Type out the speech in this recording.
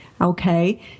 okay